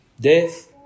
Death